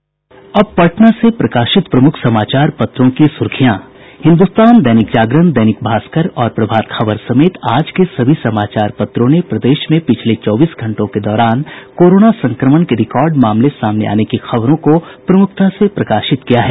अब पटना से प्रकाशित प्रमुख समाचार पत्रों की सुर्खियां हिन्दुस्तान दैनिक जागरण दैनिक भास्कर और प्रभात खबर समेत आज के सभी समाचारों पत्रों ने प्रदेश में पिछले चौबीस घंटों के दौरान कोरोना संक्रमण के रिकॉर्ड मामले सामने आने की खबरों को प्रमुखता से प्रकाशित किया है